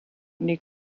les